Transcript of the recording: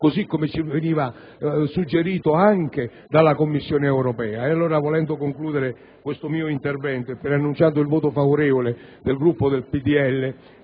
così come ci veniva suggerito anche dalla Commissione europea. Accingendomi a concludere questo mio intervento e preannunciando il voto favorevole del Gruppo del